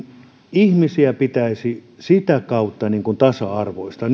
ihmisiä pitäisi sitä kautta tasa arvoistaa